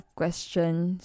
questions